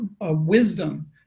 wisdom